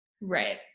Right